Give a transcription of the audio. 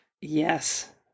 Yes